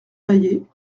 naillet